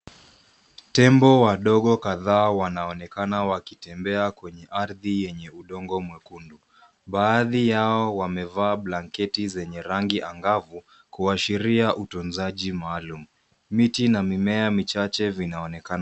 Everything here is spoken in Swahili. Tembo wadogo kadhaa wanaonekana wakitembea kwenye ardhi yenye udongo mwekundu. Baadhi yao wamevaa blanketi zenye rangi angavu, kuashiria utunzaji maalumu. Miti na mimea michache vinaonekana.